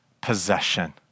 possession